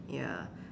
ya